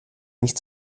nicht